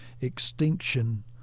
extinction